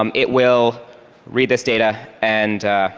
um it will read this data and